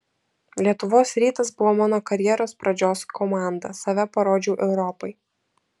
lietuvos rytas buvo mano karjeros pradžios komanda save parodžiau europai